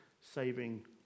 saving